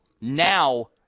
now